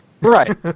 right